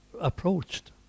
approached